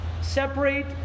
Separate